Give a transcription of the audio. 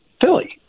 Philly